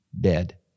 dead